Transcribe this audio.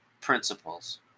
Principles